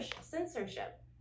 censorship